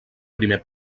primer